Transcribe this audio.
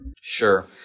Sure